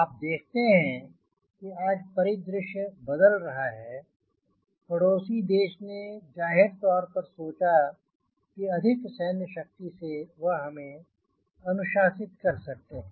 आप देखते हैं कि आज परिदृश्य बदल रहा है पड़ोसी देश ने जाहिर तौर पर सोचा कि अधिक सैन्य शक्ति से वह हमें अनुशासित कर सकते हैं